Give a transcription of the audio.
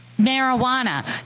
marijuana